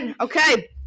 Okay